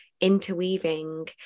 interweaving